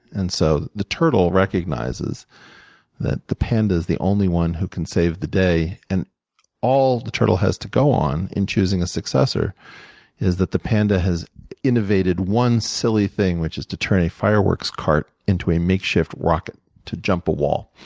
and so the turtle recognizes that the panda is the only one who can save the day. and all the turtle has to go on in choosing a successor is that the panda has innovated one silly thing, which is to turn a fireworks cart into a makeshift rocket to jump a wall.